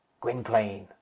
Gwynplaine